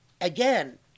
again